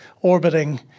orbiting